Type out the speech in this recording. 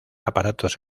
aparatos